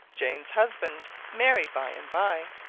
jane's husband marry by and by.